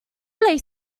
play